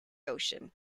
ocean